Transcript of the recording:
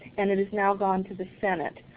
and it has now gone to the senate.